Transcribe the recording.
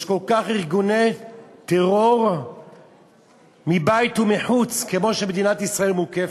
כל כך ארגוני טרור מבית ומחוץ כמו במדינת ישראל המוקפת?